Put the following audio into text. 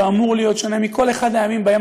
ואמור להיות שונה מכל אחד מהימים שבהם